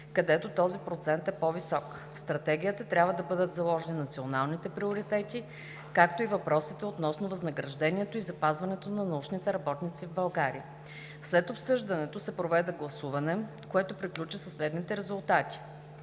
където този процент е по-висок. В Стратегията трябва да бъдат заложени националните приоритети, както и въпросите относно възнаграждението и запазването на научните работници в България. След обсъждането се проведе гласуване, което приключи със следните резултати: